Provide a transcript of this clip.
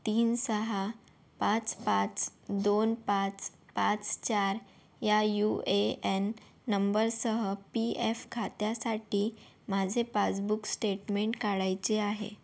तीन सहा पाच पाच दोन पाच पाच चार या यु ए एन नंबरसह पी एफ खात्यासाठी माझे पासबुक स्टेटमेंट काढायचे आहे